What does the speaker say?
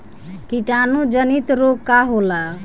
कीटाणु जनित रोग का होला?